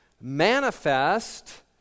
manifest